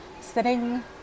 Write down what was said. sitting